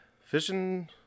fishing